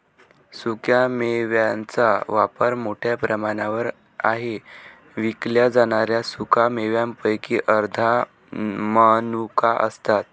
सुक्या मेव्यांचा वापर मोठ्या प्रमाणावर आहे विकल्या जाणाऱ्या सुका मेव्यांपैकी अर्ध्या मनुका असतात